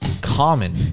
common